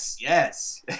yes